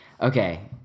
Okay